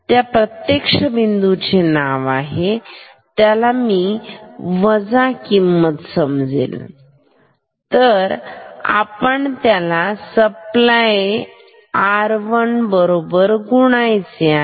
त्या प्रत्यक्ष बिंदूचे नाव आहे त्याला मी बजा किंमत समजेल तर आपण त्यास सप्लाय ला R 1 बरोबर गुणाकार करायचे आहे